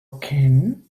ken